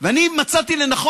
ואי-אפשר לשמוע.